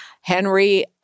Henry